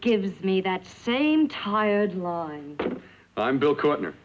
gives me that same tired line i'm bill carter